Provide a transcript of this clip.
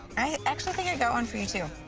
i actually think i got one for you too.